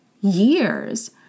years